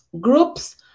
groups